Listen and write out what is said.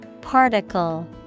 Particle